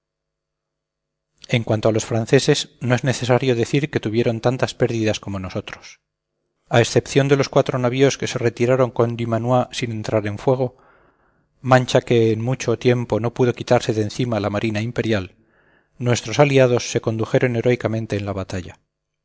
en cuanto a los franceses no es necesario decir que tuvieron tantas pérdidas como nosotros a excepción de los cuatro navíos que se retiraron con dumanoir sin entrar en fuego mancha que en mucho tiempo no pudo quitarse de encima la marina imperial nuestros aliados se condujeron heroicamente en la batalla